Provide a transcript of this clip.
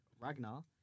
Ragnar